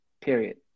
period